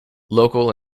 local